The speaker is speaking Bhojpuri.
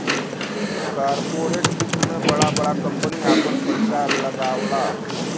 कॉर्पोरेट वित्त मे बड़ा बड़ा कम्पनी आपन पइसा लगावला